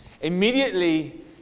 Immediately